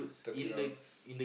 thirty rounds